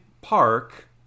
Park